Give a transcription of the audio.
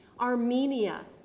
Armenia